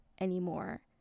anymore